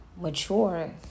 mature